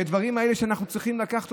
את הדברים האלה אנחנו צריכים לקחת